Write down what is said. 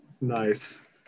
Nice